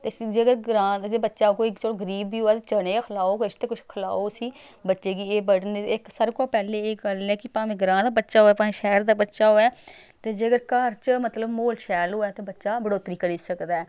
जेकर ग्रांऽ बच्चा कोई चलो गरीब बी होऐ ते चने गै खलाओ किश ते कुछ खलाओ उसी बच्चे गी एह् बर्डन एह् सारें कोला पैह्लें एह् गल्ल ऐ कि भामें ग्रांऽ दा बच्चा होऐ भामें शैह्र दा बच्चा होऐ ते जेह्दे घर च मतलब म्हौल शैल होऐ ते बच्चा बढ़ोतरी करी सकदा ऐ